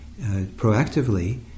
proactively